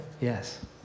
Yes